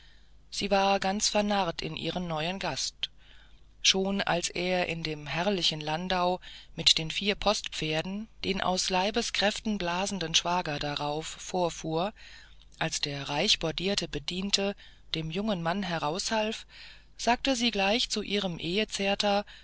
sie war ganz vernarrt in ihren neuen gast schon als er in dem herrlichen landau mit den vier postpferden den aus leibeskräften blasenden schwager darauf vorfuhr als der reichbordierte bediente dem jungen mann heraushalf sagte sie gleich zu ihrem